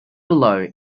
below